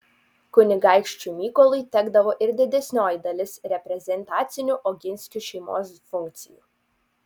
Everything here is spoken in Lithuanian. kunigaikščiui mykolui tekdavo ir didesnioji dalis reprezentacinių oginskių šeimos funkcijų